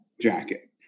jacket